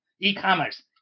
E-commerce